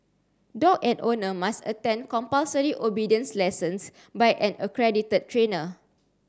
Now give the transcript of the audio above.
dog and owner must attend compulsory obedience lessons by an accredited trainer